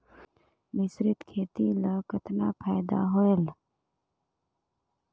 मिश्रीत खेती ल कतना फायदा होयल?